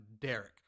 Derek